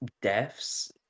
deaths